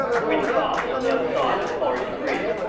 or in the farms, on the other side of the forest of riz.